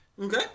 Okay